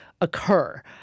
occur